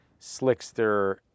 slickster